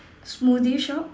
smoothie shop